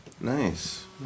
Nice